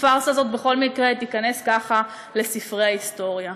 הפארסה הזאת בכל מקרה תיכנס ככה לספרי ההיסטוריה,